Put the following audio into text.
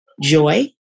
joy